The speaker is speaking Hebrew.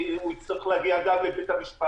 כי הוא יצטרך להגיע גם לבית-המשפט.